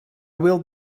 will